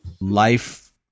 life